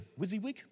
Wizzywig